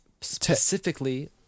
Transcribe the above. specifically